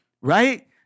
right